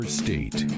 state